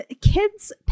kids